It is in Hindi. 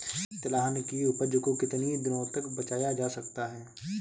तिलहन की उपज को कितनी दिनों तक बचाया जा सकता है?